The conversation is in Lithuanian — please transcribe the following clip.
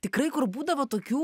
tikrai kur būdavo tokių